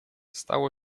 stało